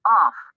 off